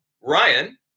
Ryan